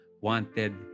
wanted